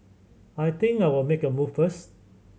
I think I'll make a move first